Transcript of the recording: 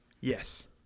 yes